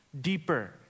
deeper